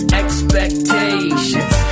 expectations